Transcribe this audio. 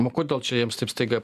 o kodėl čia jiems taip staiga